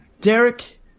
Derek